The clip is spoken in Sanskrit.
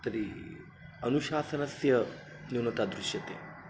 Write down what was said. तर्हि अनुशासनस्य न्यूनता दृश्यते